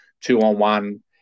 two-on-one